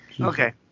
Okay